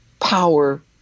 power